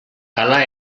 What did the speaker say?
hala